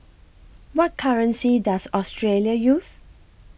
What currency Does Australia use